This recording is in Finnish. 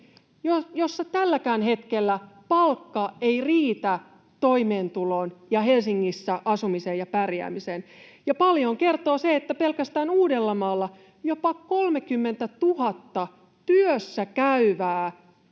jossa tälläkään hetkellä palkka ei riitä toimeentuloon ja Helsingissä asumiseen ja pärjäämiseen. Paljon kertoo se, että pelkästään Uudellamaalla jopa 30 000 työssäkäyvää